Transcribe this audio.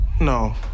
no